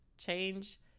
change